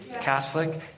Catholic